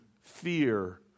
fear